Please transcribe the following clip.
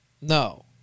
No